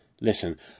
Listen